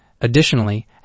Additionally